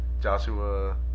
Joshua